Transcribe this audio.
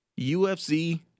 UFC